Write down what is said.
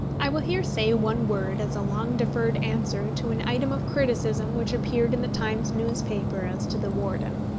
i will here say one word as a long-deferred answer to an item of criticism which appeared in the times newspaper as to the warden.